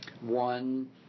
one